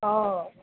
অঁ